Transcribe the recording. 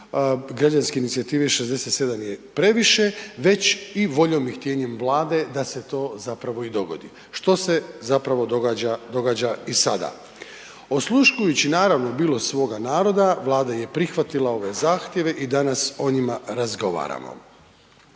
građanska inicijativa „67 je previše“ već i voljom i htjenjem Vlade da se to zapravo i dogodi što se zapravo događa i sada. Osluškujući naravno bilo svoga na roda, Vlada je prihvatila ove zahtjeve i danas o njima razgovaramo.